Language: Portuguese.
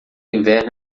inverno